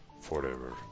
forever